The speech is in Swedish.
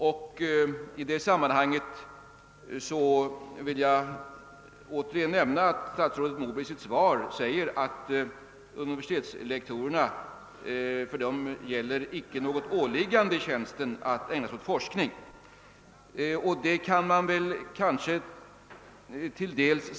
I det sammanhanget vill jag återigen nämna att statsrådet Moberg i sitt svar säger att universitetslektorerna inte har något åliggande i tjänsten att ägna sig åt forskning. Det kan man kanske säga.